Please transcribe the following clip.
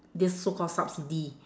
this so called subsidy